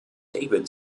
david